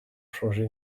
changer